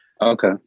Okay